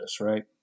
right